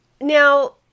Now